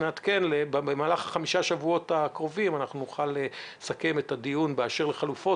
במהלך חמשת השבועות הקרובים נוכל לסכם את הדיון באשר לחלופות,